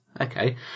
Okay